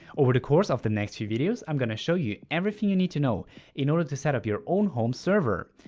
over the course of the next few videos i'm gonna show you everything you need to know in order to set up your own home server.